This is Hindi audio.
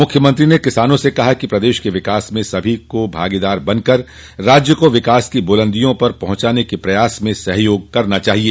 मुख्यमंत्री ने किसानो से कहा कि प्रदेश के विकास में सभी को भागीदार बनकर राज्य को विकास की बुलन्दियों पर पहुंचाने के प्रयास में सहयोग करना चाहिए